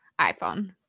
iPhone